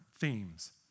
themes